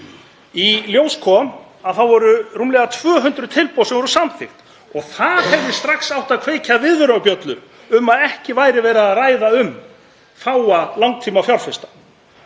Í ljós kom að það voru rúmlega 200 tilboð sem voru samþykkt og það hefði strax átt að kveikja viðvörunarbjöllur um að ekki væri verið að ræða um fáa langtímafjárfesta.